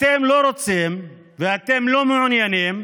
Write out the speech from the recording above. אתם לא רוצים ואתם לא מעוניינים